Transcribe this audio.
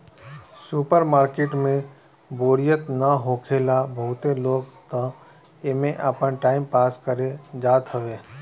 super market में बोरियत ना होखेला बहुते लोग तअ एमे आपन टाइम पास करे जात हवे